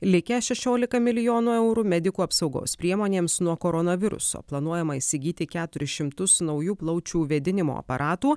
likę šešiolika milijonų eurų medikų apsaugos priemonėms nuo koronaviruso planuojama įsigyti keturis šimtus naujų plaučių vėdinimo aparatų